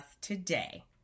today